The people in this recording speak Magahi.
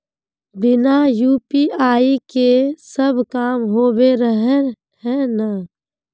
बिना यु.पी.आई के सब काम होबे रहे है ना?